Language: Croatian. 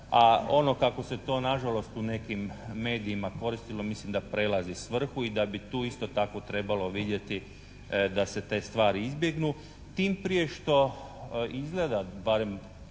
A ono kako se to nažalost u nekim medijima koristilo mislim da prelazi svrhu i da bi tu isto tako trebalo vidjeti da se te stvari izbjegnu. Tim prije što izgleda, barem